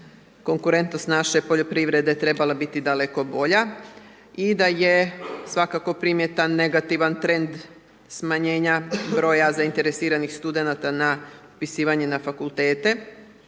konkurentnost naše poljoprivrede trebala biti daleko bolje i da je svakako primjetan negativan trend smanjenja broja zainteresiranih studenata na upisivanje na Fakultete,